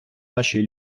нашій